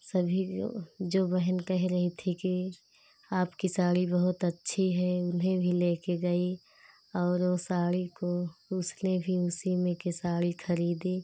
सभी को जो बहन कह रही थी कि आपकी साड़ी बहुत अच्छी है उन्हें भी लेकर गई और उस साड़ी को उसने भी उसी में की साड़ी ख़रीदी